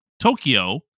tokyo